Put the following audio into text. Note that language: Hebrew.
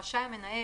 רשאי המנהל,